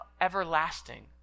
everlasting